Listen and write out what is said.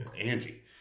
Angie